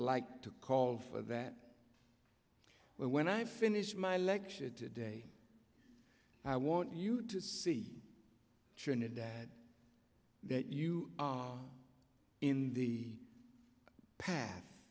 like to call for that but when i finish my lecture today i want you to see trinidad that you are in the path